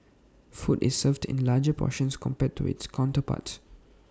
food is served in larger portions compared to its counterparts